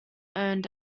earned